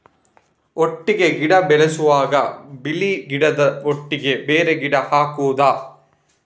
ಒಟ್ಟಿಗೆ ಗಿಡ ಬೆಳೆಸುವಾಗ ಬಳ್ಳಿ ಗಿಡದ ಒಟ್ಟಿಗೆ ಬೇರೆ ಗಿಡ ಹಾಕುದ?